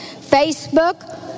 Facebook